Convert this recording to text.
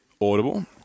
Audible